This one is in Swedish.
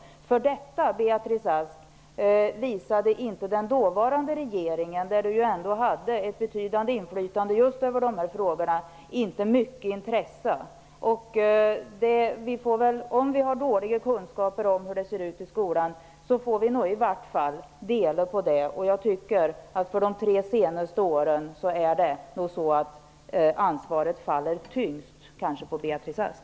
För detta, Beatrice Ask, visade inte den dåvarande regeringen - där Beatrice Ask hade ett betydande inflytande just över dessa frågor - mycket intresse. Om vi har dåliga kunskaper om hur det ser ut i skolan får det nog stå för oss båda. Jag tycker att ansvaret för de tre senaste åren faller tyngst på Beatrice Ask.